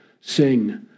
sing